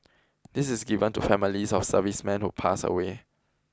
this is given to families of servicemen who pass away